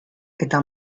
eta